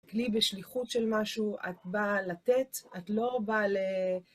כלי בשליחות של משהו, את באה לתת, את לא באה ל...